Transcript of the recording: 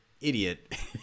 Idiot